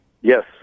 Yes